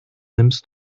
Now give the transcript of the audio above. nimmst